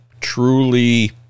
truly